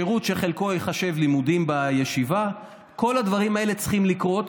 שירות שחלקו ייחשב לימודים בישיבה כל הדברים הללו צריכים לקרות,